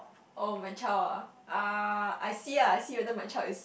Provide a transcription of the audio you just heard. oh my child ah uh I see ah I see whether my child is